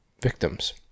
victims